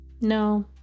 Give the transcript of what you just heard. no